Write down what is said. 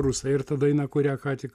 rusai ir ta daina kurią ką tik